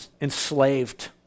enslaved